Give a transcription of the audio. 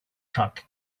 truck